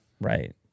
Right